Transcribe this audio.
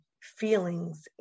feelings